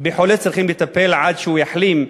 בחולה צריכים לטפל עד שהוא יחלים,